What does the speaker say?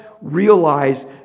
Realize